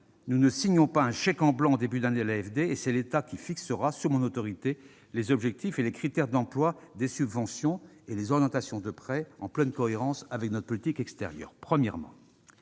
nous ne signons pas un chèque en blanc en début d'année à l'AFD. C'est l'État qui fixera, sous mon autorité, les objectifs et les critères d'emploi des subventions et les orientations des prêts en pleine cohérence avec notre politique extérieure.